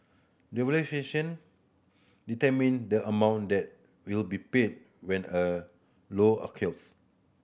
the valuation determine the amount that will be paid when a loss occurs